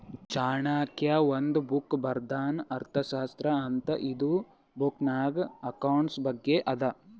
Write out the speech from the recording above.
ಚಾಣಕ್ಯ ಒಂದ್ ಬುಕ್ ಬರ್ದಾನ್ ಅರ್ಥಶಾಸ್ತ್ರ ಅಂತ್ ಇದು ಬುಕ್ನಾಗ್ ಅಕೌಂಟ್ಸ್ ಬಗ್ಗೆ ಅದಾ